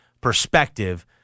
perspective